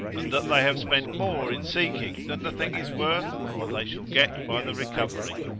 and that they have spent more in seeking than the thing is worth, or they shall get by the recovery.